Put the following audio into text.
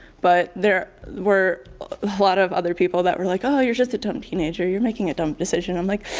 but there were a lot of other people that were like, aw, ah you're just a dumb teenager, you're making a dumb decision. i'm like,